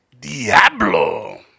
Diablo